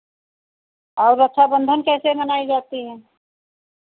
और रक्षाबंधन कैसे मनाई जाती है